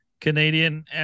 Canadian